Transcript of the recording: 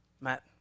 Matt